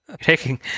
taking